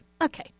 Okay